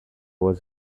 was